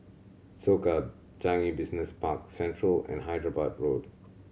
Soka Changi Business Park Central and Hyderabad Road